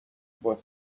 любое